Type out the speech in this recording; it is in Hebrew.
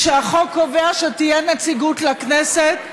כשהחוק קובע שתהיה נציגות לכנסת,